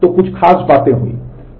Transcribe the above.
तो कुछ खास बातें हुई थीं